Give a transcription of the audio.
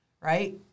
right